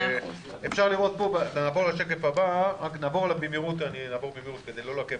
נעבור על השקף הבא במהירות כדי לא לעכב.